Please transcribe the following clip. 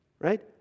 Right